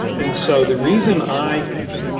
and so the reason i